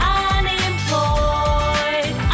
unemployed